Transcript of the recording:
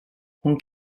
hon